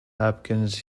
hopkins